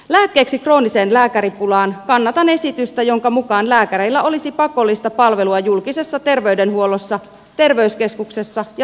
lääkkeeksi krooniseen lääkäripulaan kannatan esitystä jonka mukaan lääkäreillä olisi pakollista palvelua julkisessa terveydenhuollossa terveyskeskuksessa ja sairaalassa